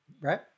Right